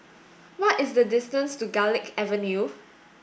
what is the distance to Garlick Avenue